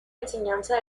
enseñanza